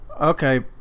Okay